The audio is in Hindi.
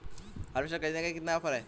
हार्वेस्टर ख़रीदने पर कितनी का ऑफर है?